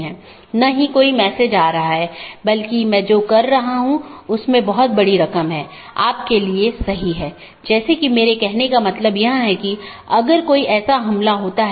और यह बैकबोन क्षेत्र या बैकबोन राउटर इन संपूर्ण ऑटॉनमस सिस्टमों के बारे में जानकारी इकट्ठा करता है